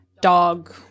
dog